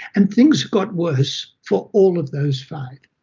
and things got worse for all of those five.